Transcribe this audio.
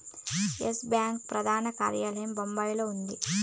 yes Bank ప్రధాన కార్యాలయం బొంబాయిలో ఉంది